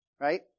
right